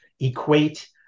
Equate